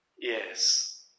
Yes